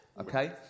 Okay